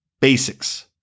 basics